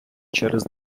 через